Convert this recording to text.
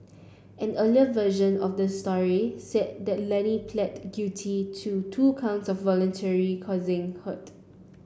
an earlier version of this story said that Lenny plead guilty to two counts of voluntarily causing hurt